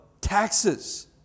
taxes